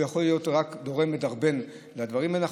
זה יכול להיות רק גורם מדרבן לדברים האלה.